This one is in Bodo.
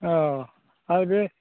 औ आरो बे